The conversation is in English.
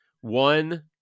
One